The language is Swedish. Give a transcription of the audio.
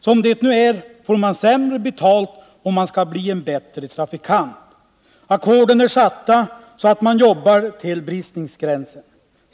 Som det nu är får man sämre betalt om man skall bli en bättre trafikant.” ”> Ackorden är satta så att man jobbar till bristningsgränsen.